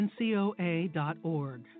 ncoa.org